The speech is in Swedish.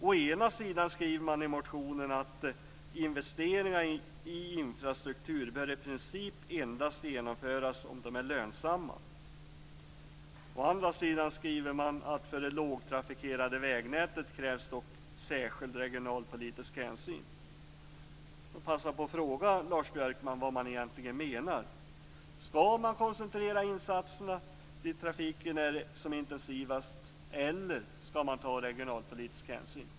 Å ena sidan skriver man i motionen: "Investeringar i infrastruktur bör i princip endast genomföras om de är lönsamma". Å andra sidan skriver man att för det lågtrafikerade vägnätet krävs dock särskild regionalpolitisk hänsyn. Då vill jag passa på att fråga Lars Björkman vad man egentligen menar. Skall man koncentrera insatserna dit där trafiken är som intensivast eller skall man ta regionalpolitisk hänsyn?